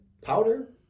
powder